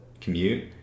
commute